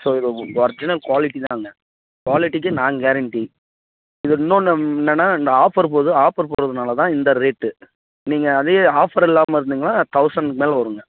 so original குவாலிட்டிதாங்க குவாலிட்டிக்கு நான் கேரண்ட்டி இன்னொன்று என்னென்னா இந்த ஆஃபர் போது ஆஃபர் போகிறதுனாலதான் இந்த ரேட்டு நீங்கள் அதே ஆஃபர் இல்லாமல் இருந்துன்னால் தௌசண்ட்க்கு மேலே வருங்க